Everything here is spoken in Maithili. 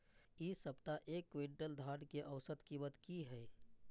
इ सप्ताह एक क्विंटल धान के औसत कीमत की हय?